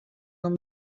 amb